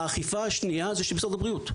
האכיפה השנייה זה של משרד הבריאות.